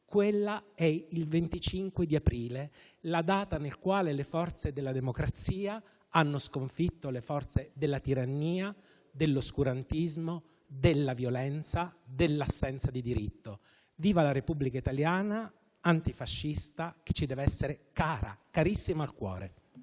quella è il 25 aprile, la data nella quale le forze della democrazia hanno sconfitto quelle della tirannia, dell'oscurantismo, della violenza e dell'assenza di diritto. Viva la Repubblica italiana, antifascista, che ci dev'essere cara, carissima al cuore!